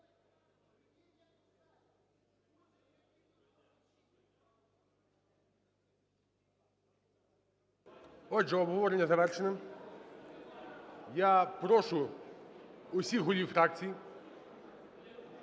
Отже, обговорення завершено. Я прошу всіх голів фракцій